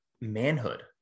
manhood